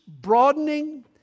broadening